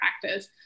practice